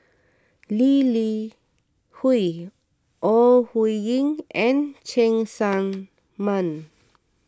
Lee Li Hui Ore Huiying and Cheng Tsang Man